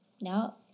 now